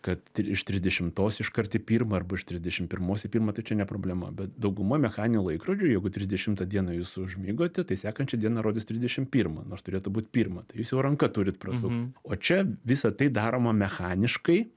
kad iš trisdešimtos iškart į pirmą arba iš trisdešim pirmos į pirmą tai čia ne problema bet dauguma mechaninių laikrodžių jeigu trisdešimtą dieną jūs užmigote tai sekančią dieną bus trisdešim pirma nors turėtų būt pirma tai jūs jau ranka turit prasukt o čia visa tai daroma mechaniškai